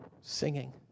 singing